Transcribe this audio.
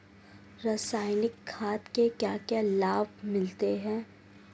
रसायनिक खाद के क्या क्या लाभ मिलते हैं?